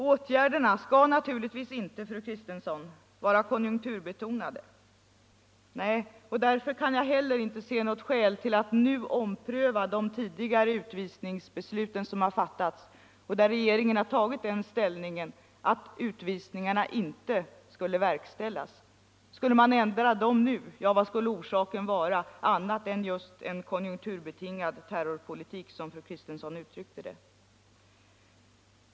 Åtgärderna skall naturligtvis inte vara konjunkturbetonade, fru Kristensson. Och därför kan jag heller inte nu se något skäl till att ompröva de tidigare utvisningsbeslut som fattats och där regeringen har intagit den ställningen att utvisningarna inte skulle verkställas. Skulle man ändra dem nu, så vad skulle orsaken till det vara annat än just en konjunkturbetonad terrorpolitik, som fru Kristensson uttryckte det.